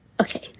Okay